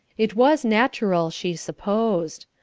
it was natural, she supposed.